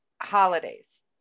holidays